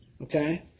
Okay